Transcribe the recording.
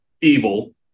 evil